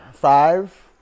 Five